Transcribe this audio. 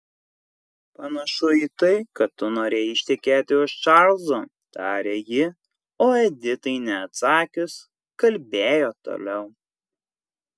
panašu į tai kaip tu norėjai ištekėti už čarlzo tarė ji o editai neatsakius kalbėjo toliau